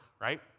right